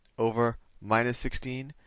over minus sixteen.